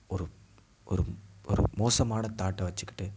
ஒரு ஒரு ஒரு மோசமான தாட்டை வெச்சுக்கிட்டு